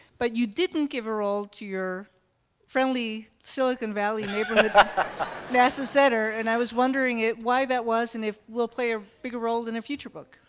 but you didn't give a role to your friendly silicon valley neighborhood nasa center, and i was wondering why that was and if we'll play a bigger role in a future book.